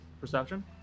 perception